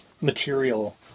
material